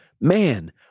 man